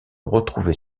retrouver